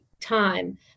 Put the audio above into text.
time